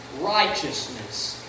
righteousness